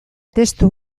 testu